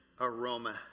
aroma